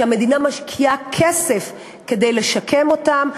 שהמדינה משקיעה כסף כדי לשקם אותם.